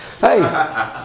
Hey